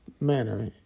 manner